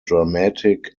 dramatic